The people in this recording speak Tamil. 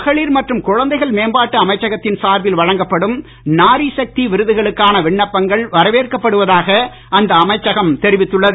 மகளிர் மற்றும் குழந்தைகள் மேம்பாட்டு அமைச்சகத்தின் சார்பில் வழங்கப்படும் நாரி சக்தி விருதுகளுக்கான விண்ணப்பங்கள் வரவேற்கப்படுவதாக அந்த அமைச்சகம் தெரிவித்துள்ளது